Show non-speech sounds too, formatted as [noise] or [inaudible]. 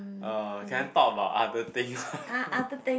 uh can I talk about other thing [laughs]